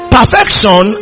Perfection